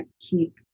keep